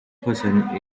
person